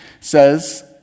says